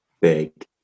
big